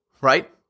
right